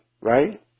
right